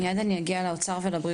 מיד אני אגיע לבריאות ולאוצר.